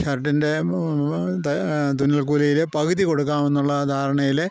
ഷർട്ടിൻ്റെ തുന്നൽ കൂലിയിൽ പകുതി കൊടുക്കാമെന്നുള്ള ധാരണയിൽ